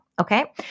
okay